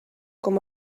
com